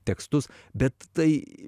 tekstus bet tai